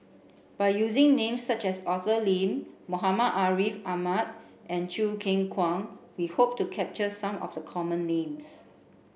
by using names such as Arthur Lim Muhammad Ariff Ahmad and Choo Keng Kwang we hope to capture some of the common names